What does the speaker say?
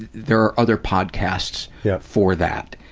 there are other podcasts yeah for that.